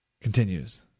continues